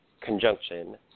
conjunction